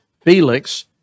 Felix